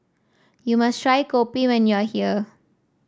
you must try kopi when you are here